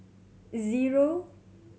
zero